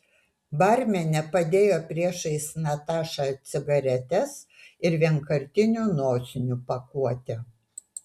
barmenė padėjo priešais natašą cigaretes ir vienkartinių nosinių pakuotę